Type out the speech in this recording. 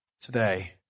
today